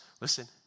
Listen